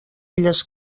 illes